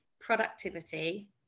productivity